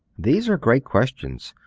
these are great questions.